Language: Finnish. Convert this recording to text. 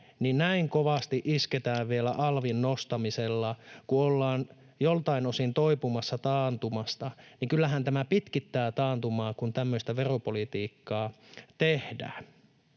niin näin kovasti isketään vielä alvin nostamisella, kun ollaan joiltain osin toipumassa taantumasta. Kyllähän tämä pitkittää taantumaa, kun tämmöistä veropolitiikkaa tehdään.